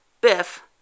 Biff